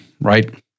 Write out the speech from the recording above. right